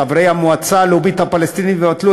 חברי המועצה הלאומית הפלסטינית יבטלו